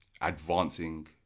advancing